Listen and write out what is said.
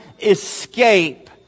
escape